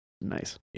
nice